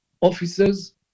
officers